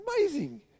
amazing